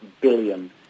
billion